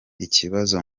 ikibazo